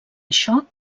això